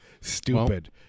stupid